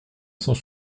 cent